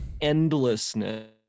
endlessness